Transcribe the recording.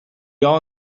all